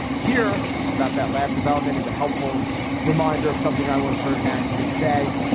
here about that last development is a helpful reminder of something i once heard an activist say.